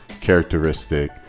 characteristic